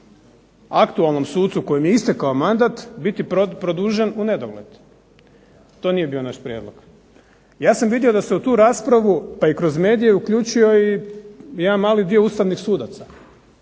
aktualnom sucu kojem je istekao mandat biti produžen u nedogled. To nije bio naš prijedlog. Ja sam vidio da se u tu raspravu pa i kroz medije uključio i jedan mali dio ustavnih sudaca,